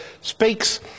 speaks